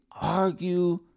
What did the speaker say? argue